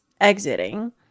exiting